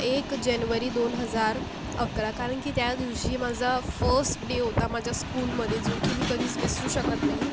एक जेनवरी दोन हजार अकरा कारण की त्या दिवशी माझा फस् डे होता माझ्या स्कूलमध्ये जो की मी कधीस विसरू शकत नाही